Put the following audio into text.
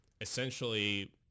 essentially